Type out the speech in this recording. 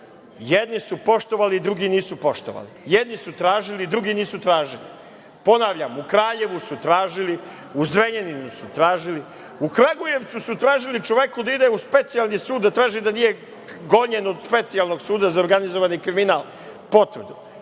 Jedni su poštovali, drugi nisu poštovali. Jedni su tražili, drugi nisu tražili. Ponavljam, u Kraljevu su tražili, u Zrenjaninu su tražili, u Kragujevcu su tražili čoveku da ide u Specijalni sud da traži da nije gonjen od Specijalnog suda za organizovani kriminal potvrdu.